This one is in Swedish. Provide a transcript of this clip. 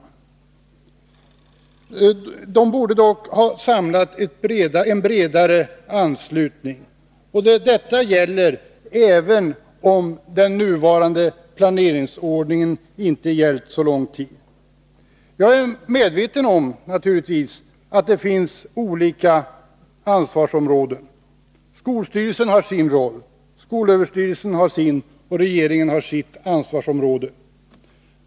Dessa motioner borde dock ha medfört en bredare anslutning, även om den nuvarande planeringsordningen inte gällt så lång tid. Jag är naturligtvis medveten om att det finns olika ansvarsområden. Skolstyrelsen har sin roll, skolöverstyrelsen har sin, och regeringen har sitt ansvarsområde.